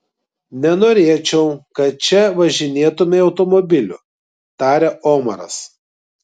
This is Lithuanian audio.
nenorėčiau kad čia važinėtumei automobiliu tarė omaras